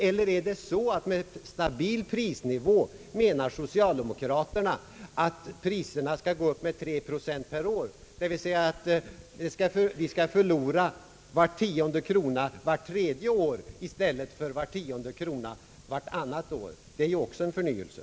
Eller menar socialde mokraterna med »statbil prisnivå» att priserna skall gå upp med tre procent per år, d. v. s. att vi skall förlora var tionde krona vart tredje år i stället för var tionde krona vart annat år? Det är ju också en förnyelse.